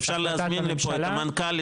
אפשר להזמין לפה את המנכ"ל,